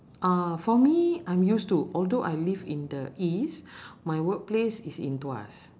ah for me I'm used to although I live in the east my work place is in tuas